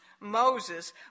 Moses